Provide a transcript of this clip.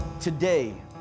today